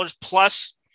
plus